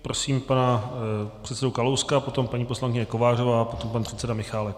Prosím pana předsedu Kalouska a potom paní poslankyně Kovářová, potom pan předseda Michálek.